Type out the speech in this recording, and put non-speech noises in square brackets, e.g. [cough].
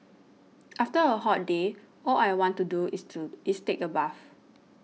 [noise] after a hot day all I want to do is to is take a bath